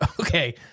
okay